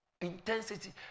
intensity